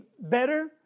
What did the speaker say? better